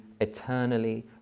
eternally